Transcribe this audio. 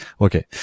Okay